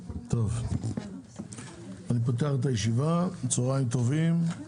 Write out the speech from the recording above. צוהריים טובים, אני פותח את הישיבה, על סדר-היום: